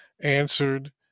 answered